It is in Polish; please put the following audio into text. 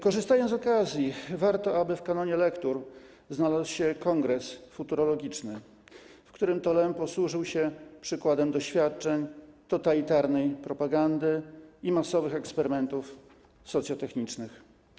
Korzystając z okazji - warto, aby w kanonie lektur znalazł się „Kongres futurologiczny”, w którym Lem posłużył się przykładem doświadczeń totalitarnej propagandy i masowych eksperymentów socjotechnicznych.